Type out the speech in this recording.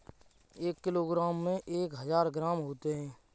एक किलोग्राम में एक हजार ग्राम होते हैं